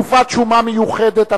(תקופת שומה מיוחדת),